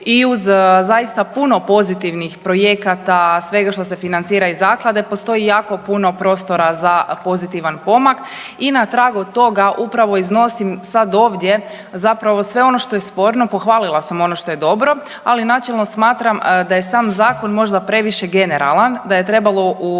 i uz zaista puno pozitivnih projekata, svega što se financira iz Zaklade, postoji jako puno prostora za pozitivan pomak i na tragu toga upravo iznosim sad ovdje zapravo sve ono što je sporno, pohvalila sam ono što je dobro, ali načelno smatram da je sam Zakon možda previše generalan, da je trebalo